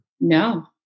No